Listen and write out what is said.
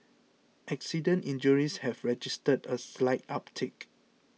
accident injuries have registered a slight uptick